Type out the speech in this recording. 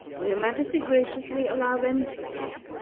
will your majesty graciously allow them to see it?